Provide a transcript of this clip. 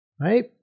right